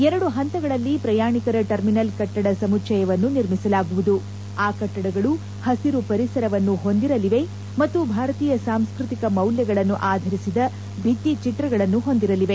ಎರಡು ಹಂತಗಳಲ್ಲಿ ಪ್ರಯಾಣಿಕರ ಟರ್ಮಿನಲ್ ಕಟ್ಟಡ ಸಮುಚ್ಚಯವನ್ನು ನಿರ್ಮಿಸಲಾಗುವುದು ಆ ಕಟ್ಟಡಗಳು ಹಸಿರು ಪರಿಸರವನ್ನು ಹೊಂದಿರಲಿವೆ ಮತ್ತು ಭಾರತೀಯ ಸಾಂಸ್ಲ್ಯತಿಕ ಮೌಲ್ಯಗಳನ್ನು ಆಧರಿಸಿದ ಭಿತ್ತಿಚಿತ್ರಗಳನ್ನು ಹೊಂದಿರಲಿದೆ